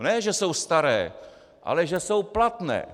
Ne, že jsou staré, ale že jsou platné.